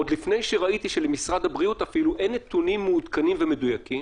עוד לפני שראיתי שלמשרד הבריאות אפילו אין נתונים מעודכנים ומדויקים,